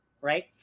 right